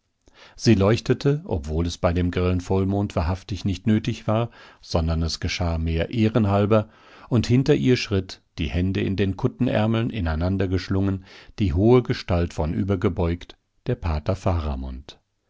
sie leuchtete obwohl es bei dem grellen vollmond wahrhaftig nicht nötig war sondern es geschah mehr ehrenhalber und hinter ihr schritt die hände in den kuttenärmeln ineinander geschlungen die hohe gestalt vornübergebeugt der pater